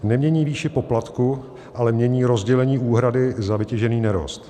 Nemění výši poplatku, ale mění rozdělení úhrady za vytěžený nerost.